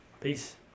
Peace